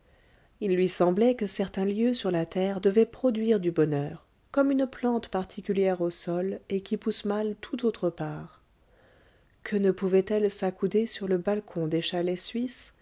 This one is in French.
il lui semblait que certains lieux sur la terre devaient produire du bonheur comme une plante particulière au sol et qui pousse mal tout autre part que ne pouvait-elle s'accouder sur le balcon des chalets suisses